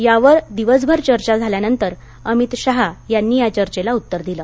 यावर दिवसभर चर्चा झाल्यानंतर अमित शहा यांनी या चर्चेला उत्तर दिलं